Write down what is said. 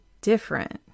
different